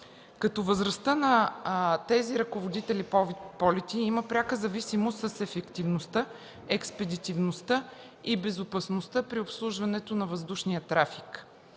като възрастта им има пряка зависимост с ефективността, експедитивността и безопасността при обслужването на въздушния трафик.